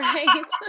Right